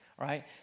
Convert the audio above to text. right